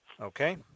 Okay